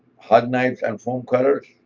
hot knives and foam cutters.